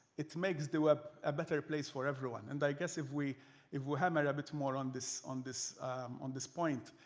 it makes the web a better place for everyone. and i guess if we if we hammer a bit more on on this on this point,